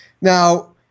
now